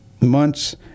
months